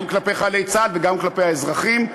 גם כלפי חיילי צה"ל וגם כלפי האזרחים.